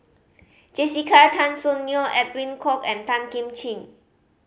Jessica Tan Soon Neo Edwin Koek and Tan Kim Ching